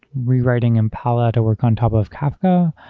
rewriting impala to work on top of kafka,